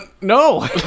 no